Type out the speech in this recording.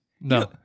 No